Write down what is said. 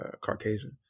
Caucasian